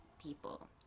people